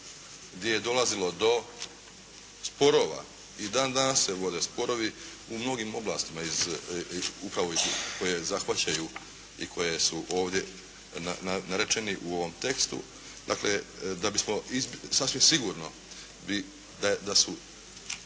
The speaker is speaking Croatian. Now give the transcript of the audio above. gdje je dolazilo do sporova i dan danas se vode sporovi u mnogim oblastima upravo koje zahvaćaju i koje su ovdje narečeni u ovom tekstu. Dakle da bismo sasvim sigurno da su,